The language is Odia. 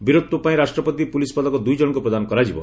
ବୀରତ୍ୱ ପାଇଁ ରାଷ୍ଟ୍ରପତି ପୁଲିସ୍ ପଦକ ଦୁଇଜଣଙ୍କୁ ପ୍ରଦାନ କରାଯିବ